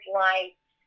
lights